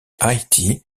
haïti